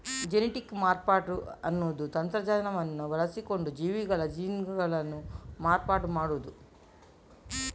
genetic ಮಾರ್ಪಾಡು ಅನ್ನುದು ತಂತ್ರಜ್ಞಾನವನ್ನ ಬಳಸಿಕೊಂಡು ಜೀವಿಗಳ ಜೀನ್ಗಳನ್ನ ಮಾರ್ಪಾಡು ಮಾಡುದು